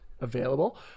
available